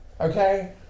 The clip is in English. Okay